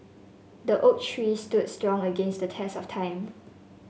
the oak tree stood strong against the test of time